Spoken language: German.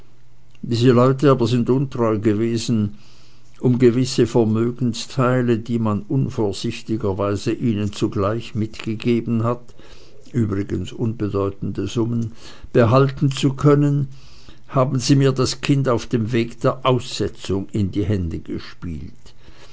diese leute sind aber untreu gewesen um gewisse vermögensteile die man unvorsichtigerweise ihnen zugleich mitgegeben hat übrigens unbedeutende summen behalten zu können haben sie mir das kind auf dem wege der aussetzung in die hände gespielt